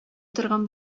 торган